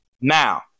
now